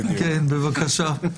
בבקשה.